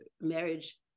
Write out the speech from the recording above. marriage